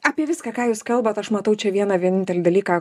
apie viską ką jūs kalbat aš matau čia vieną vienintelį dalyką